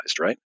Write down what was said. right